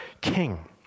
king